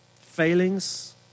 failings